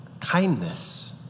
kindness